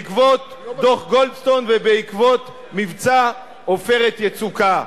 בעקבות דוח-גולדסטון ובעקבות מבצע "עופרת יצוקה".